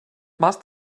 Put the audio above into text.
must